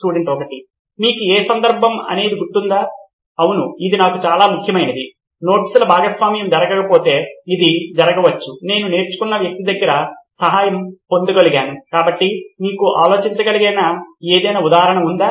student 1 మీకు ఏ సందర్భం అనేది గుర్తుందా అవును ఇది నాకు చాలా ముఖ్యమైనది నోట్స్ల భాగస్వామ్యం జరగకపోతే ఇది జరగవచ్చు నేను నేర్చుకున్న వ్యక్తి దగ్గర సహాయం పొందగలిగాను కాబట్టి మీకు ఆలోచించగల ఏదైనా ఉదాహరణ ఉందా